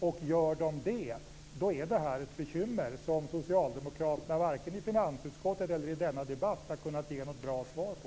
Och om den gör det, är detta ett bekymmer som varken socialdemokraterna i finansutskottet eller i denna debatt har kunnat ge något bra svar på.